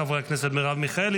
חברי הכנסת מרב מיכאלי,